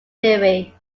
theory